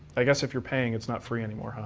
i guess if you're paying it's not free anymore, huh?